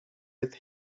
with